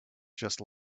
just